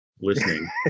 listening